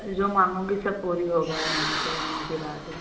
जो माँगोगी सब पूरा होगा यहाँ पर आने के बाद